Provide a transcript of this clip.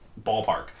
ballpark